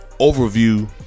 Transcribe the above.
overview